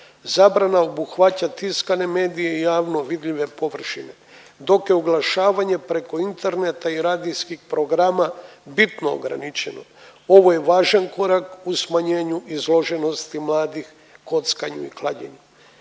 Zabrana obuhvaća tiskane medije i javno vidljive površine, dok je oglašavanje preko interneta i radijskih programa bitno ograničeno ovo je važan korak u smanjenju izloženosti mladih kockanju i klađenju.